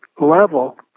level